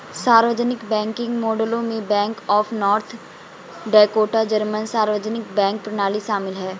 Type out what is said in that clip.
सार्वजनिक बैंकिंग मॉडलों में bank of North Dakota German सार्वजनिक बैंक प्रणाली शामिल है